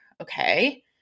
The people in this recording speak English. okay